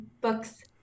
books